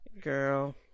girl